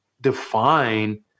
define –